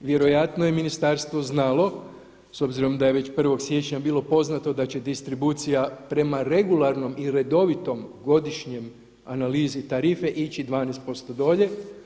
Vjerojatno je Ministarstvo znalo s obzirom da je već 1. siječnja bilo poznato da će distribucija prema regularnom i redovitom godišnjem analizi tarife ići 12% dolje.